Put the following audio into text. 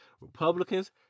Republicans